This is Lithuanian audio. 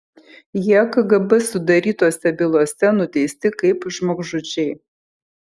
jie kgb sudarytose bylose nuteisti kaip žmogžudžiai